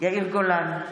יאיר גולן,